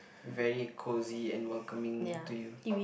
very cosy and welcoming to you